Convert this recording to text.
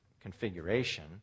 configuration